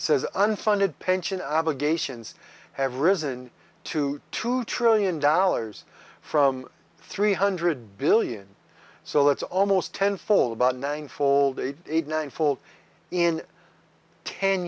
says unfunded pension obligations have risen to two trillion dollars from three hundred billion so that's almost ten fold about nine fold eight hundred nine fold in ten